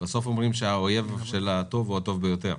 בסוף אומרים שהאויב של הטוב הוא הטוב ביותר.